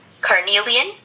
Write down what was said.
carnelian